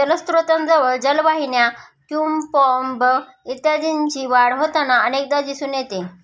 जलस्त्रोतांजवळ जलवाहिन्या, क्युम्पॉर्ब इत्यादींची वाढ होताना अनेकदा दिसून येते